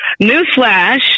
newsflash